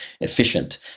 efficient